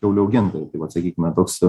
kiaulių augintojai tai vat sakykime toks